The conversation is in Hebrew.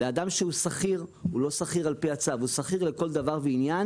לאדם שהיה שכיר לכל דבר ועניין